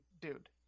dude